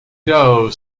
doe